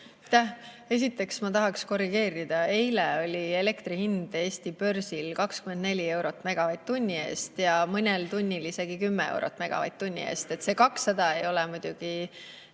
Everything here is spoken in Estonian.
Esiteks, ma tahaks korrigeerida: eile oli elektri hind Eesti börsil 24 eurot megavatt-tunni eest ja mõnel tunnil isegi 10 eurot megavatt-tunni eest. 200 [eurot] ei ole praegu